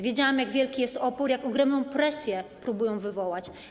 Widziałam, jak wielki jest opór, jak ogromną presję próbują one wywrzeć.